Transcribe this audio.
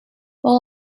while